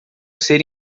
ser